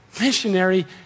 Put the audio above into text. missionary